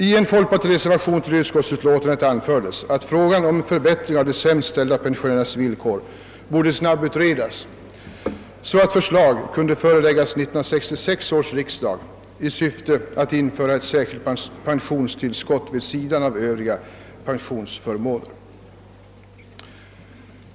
I en folkpartireservation till utskottsutlåtandet anfördes att frågan om förbättring av de sämst ställda pensionärernas villkor borde snabbutredas, så att förslag kunde föreläggas 1966 års riksdag i syfte att införa ett särskilt pensionstillskott vid sidan av övriga pensionsförmåner.